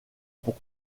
pour